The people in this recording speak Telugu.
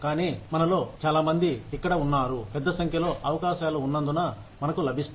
కానీ మనలో చాలా మంది ఇక్కడ ఉన్నారు పెద్ద సంఖ్యలో అవకాశాలు ఉన్నందున మనకు లభిస్తుంది